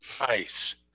Nice